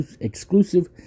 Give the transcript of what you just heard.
exclusive